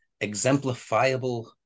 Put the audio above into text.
exemplifiable